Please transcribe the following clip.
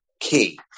key